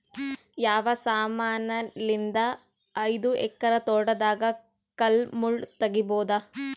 ಯಾವ ಸಮಾನಲಿದ್ದ ಐದು ಎಕರ ತೋಟದಾಗ ಕಲ್ ಮುಳ್ ತಗಿಬೊದ?